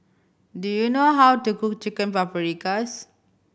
do you know how to cook Chicken Paprikas